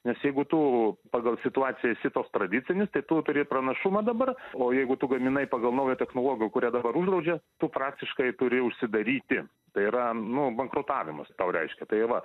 nes jeigu tu pagal situaciją esi tas tradicinis tai tu turi pranašumą dabar o jeigu tu gaminai pagal naują technologiją kurią dabar uždraudžia tu praktiškai turi užsidaryti tai yra nu bankrutavimas tau reiškia tai va